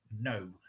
no